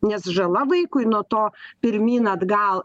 nes žala vaikui nuo to pirmyn atgal